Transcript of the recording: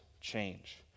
change